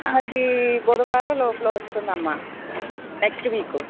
అదీ బుధవారం లోపల వస్తుందమ్మా నెక్స్ట్ వీక్